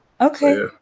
Okay